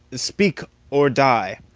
speak or die!